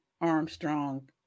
Armstrong